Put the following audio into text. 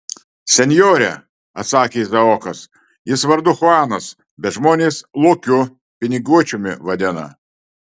senjore atsakė izaokas jis vardu chuanas bet žmonės lokiu piniguočiumi vadina